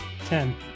Ten